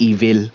Evil